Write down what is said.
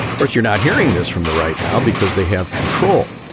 courts, you're not hearing this from the right now because they have control.